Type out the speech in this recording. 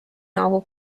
novel